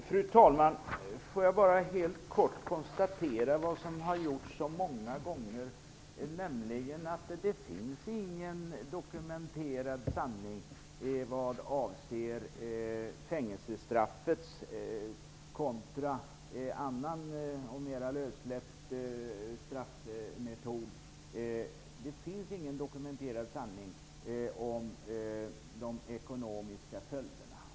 Fru talman! Får jag bara helt kortfattat konstatera vad som redan har konstaterats många gånger tidigare, nämligen att det inte finns någon dokumenterad sanning vad avser fängelsestraffet kontra annan och mera lössläppt straffmetod och de ekonomiska följderna.